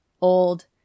old